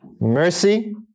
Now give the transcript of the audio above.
Mercy